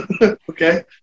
Okay